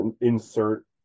insert